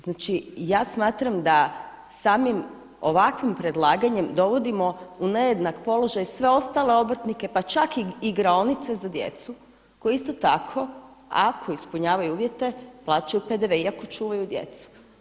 Znači ja smatram da samim ovakvim predlaganjem dovodimo u nejednak položaj sve ostale obrtnike pa čak i igraonice za djecu koje isto tako ako ispunjavaju uvjete plaćaju PDV iako čuvaju djecu.